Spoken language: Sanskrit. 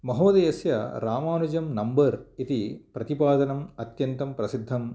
महोदयस्य रामानुजं नम्बर् इति प्रतिपादनम् अत्यन्तं प्रसिद्धम् अस्ति